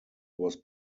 was